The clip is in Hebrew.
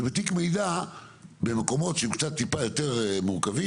שבתיק מידע במקומות שהם קצת טיפה יותר מורכבים,